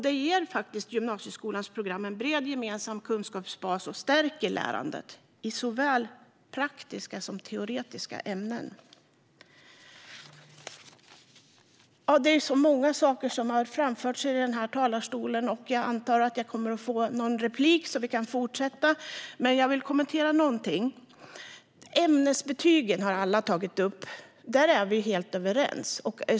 Det ger faktiskt gymnasieskolans program en bred gemensam kunskapsbas och stärker lärandet i såväl praktiska som teoretiska ämnen. Det är så mycket som har framförts här i talarstolen, och jag antar att jag kommer att få någon replik så att vi kan fortsätta debattera det. Men jag vill nu kommentera en del. Alla har tagit upp ämnesbetygen, och där är vi helt överens.